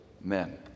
men